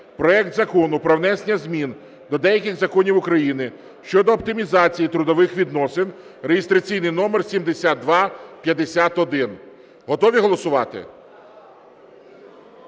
проект Закону про внесення змін до деяких законів України щодо оптимізації трудових відносин (реєстраційний номер 7251). Готові голосувати?